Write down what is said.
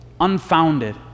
unfounded